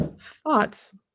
thoughts